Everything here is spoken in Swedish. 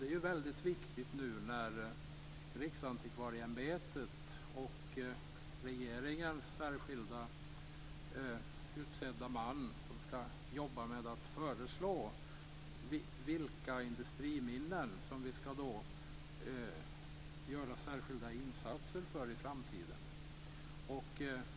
Detta är väldigt viktigt nu när Riksantikvarieämbetet och regeringens särskilt utsedda man skall arbeta med att föreslå industriminnen som vi skall göra särskilda insatser för i framtiden.